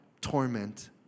torment